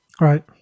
Right